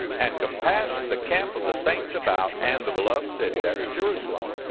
and compassed the camp of the saints about, and the beloved city, that's jerusalem,